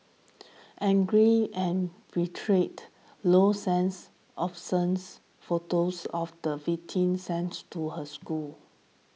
angry and betrayed low sense absence photos of the victim sends to her school